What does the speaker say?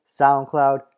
SoundCloud